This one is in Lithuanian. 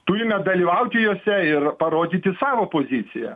turime dalyvauti jose ir parodyti savo poziciją